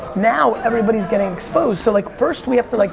now everybody's getting exposed, so like first we have to like